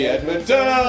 Edmonton